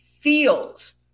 feels